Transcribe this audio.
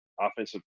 offensive